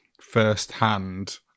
first-hand